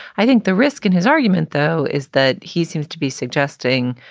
i think the risk in his argument, though, is that he seems to be suggesting,